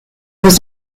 was